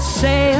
say